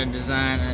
design